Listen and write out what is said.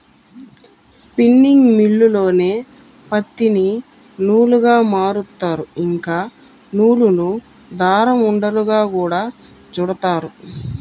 spinning మిల్లుల్లోనే పత్తిని నూలుగా మారుత్తారు, ఇంకా నూలును దారం ఉండలుగా గూడా చుడతారు